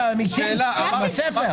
שיבואו עם הספל.